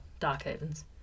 Darkhavens